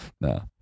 No